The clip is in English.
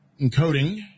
encoding